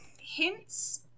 hints